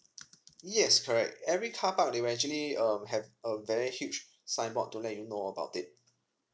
yes correct every carpark they will actually um have a very huge signboard to let you know about it